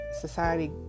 society